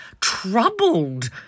troubled